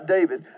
David